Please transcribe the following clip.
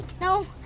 No